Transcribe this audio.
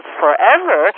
forever